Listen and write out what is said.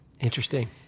Interesting